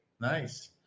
nice